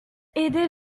aidaient